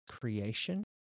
creation